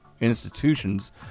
institutions